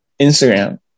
Instagram